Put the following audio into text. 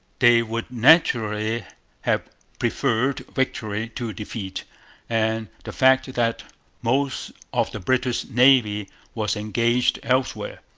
they would naturally have preferred victory to defeat and the fact that most of the british navy was engaged elsewhere,